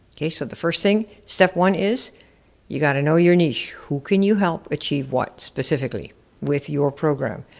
okay? so the first thing, step one is you gotta know your niche. who can you help achieve what specifically with your program?